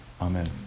Amen